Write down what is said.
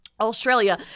australia